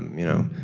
you know,